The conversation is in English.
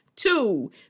Two